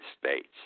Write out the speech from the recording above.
States